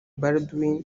baldwin